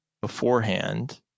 beforehand